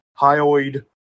hyoid